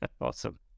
Awesome